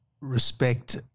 respect